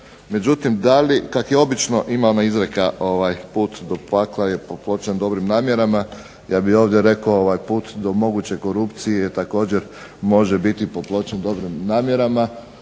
da li, kak je obično, ima ona izreka put do pakla je popločan dobrim namjerama. Ja bi ovdje rekao put do moguće korupcije također može biti popločan dobrim namjerama.